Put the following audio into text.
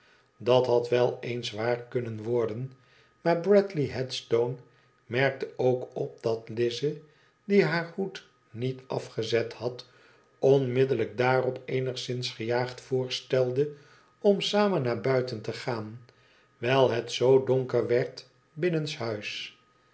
dat had wel eens waar kunnen worden maar bradley headstone merkte ook op dat lize die haar hoed niet afgezet had onmiddellijk daarop eenigszins gejaagd voorstelde om samen naar buiten te gaan wijl het zoo donker werd